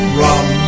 rum